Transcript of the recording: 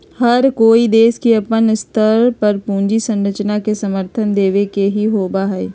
हर कोई देश के अपन स्तर पर पूंजी संरचना के समर्थन देवे के ही होबा हई